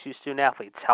student-athletes